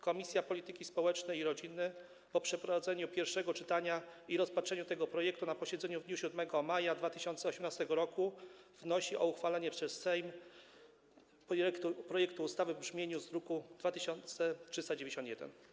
Komisja Polityki Społecznej i Rodziny po przeprowadzeniu pierwszego czytania i rozpatrzeniu tego projektu na posiedzeniu w dniu 7 maja 2018 r. wnosi o uchwalenie przez Sejm projektu ustawy w brzmieniu z druku nr 2391.